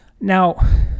Now